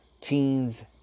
Teens